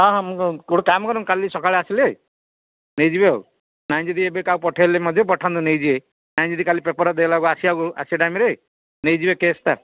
ହଁ ହଁ ମୁଁ ଗୋଟେ କାମ କରନ୍ତୁ କାଲି ସକାଳେ ଆସିଲେ ନେଇଯିବେ ଆଉ ନାଇଁ ଯଦି ଏବେ କାହାକୁ ପଠେଇଲେ ମଧ୍ୟ ପଠାନ୍ତୁ ନେଇଯିବେ ନାଇଁ ଯଦି କାଲି ପେପର୍ ଦେଲାବେଳକୁ ଆସିବାକୁ ଆସିବା ଟାଇମ୍ରେ ନେଇଯିବେ କ୍ୟାସ୍ଟା